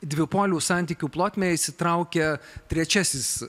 dvipolių santykių plotmę įsitraukia trečiasis